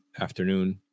afternoon